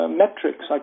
metrics